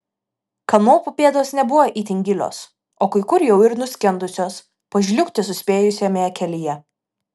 kanopų pėdos nebuvo itin gilios o kai kur jau ir nuskendusios pažliugti suspėjusiame kelyje